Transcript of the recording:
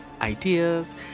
ideas